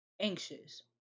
anxious